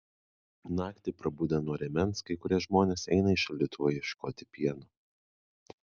naktį prabudę nuo rėmens kai kurie žmonės eina į šaldytuvą ieškoti pieno